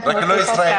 רק לא ישראלי.